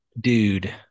dude